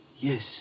Yes